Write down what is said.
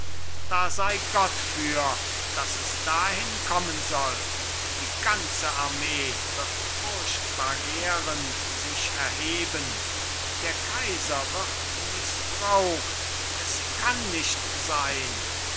da sei gott für daß es bis dahin kommen soll die ganze armee wird furchtbar gärend sich erheben der kaiser wird mißbraucht es kann nicht sein